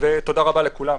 תודה רבה לכולם.